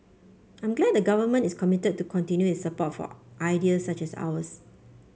I'm glad the Government is committed to continue its support for ideas such as ours